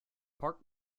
park